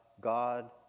God